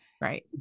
Right